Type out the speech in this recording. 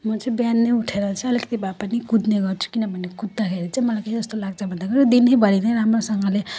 म चाहिँ बिहानै उठेर चाहिँ अलिकति भए पनि कुद्ने गर्छु किन भने कुद्दाखेरि चाहिँ मलाई के जस्तो लाग्छ भने दिनैभरि नै राम्रोसँगले